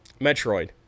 Metroid